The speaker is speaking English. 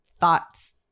thoughts